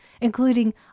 including